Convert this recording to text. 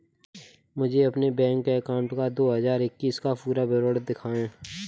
मुझे अपने bank account का दो हज़ार इक्कीस का पूरा विवरण दिखाएँ?